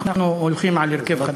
אנחנו הולכים על הרכב חדש.